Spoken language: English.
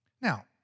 Now